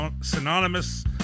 synonymous